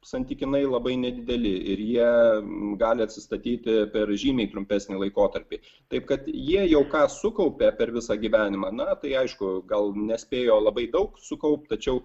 santykinai labai nedideli ir jie gali atsistatyti per žymiai trumpesnį laikotarpį taip kad jie jau ką sukaupė per visą gyvenimą na tai aišku gal nespėjo labai daug sukaupt tačiau